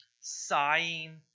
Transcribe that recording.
sighing